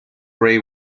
ray